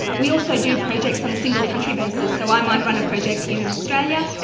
we also do projects on a single country basis. so i might run a project here in australia.